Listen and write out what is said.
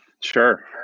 Sure